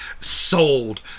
Sold